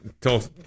tell